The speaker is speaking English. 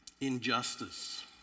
injustice